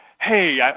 hey